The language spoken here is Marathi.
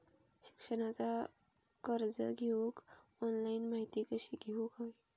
शिक्षणाचा कर्ज घेऊक ऑनलाइन माहिती कशी घेऊक हवी?